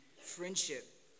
friendship